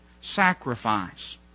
sacrifice